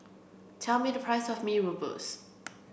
tell me the price of Mee Rebus